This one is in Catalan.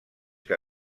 que